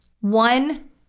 one